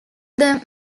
them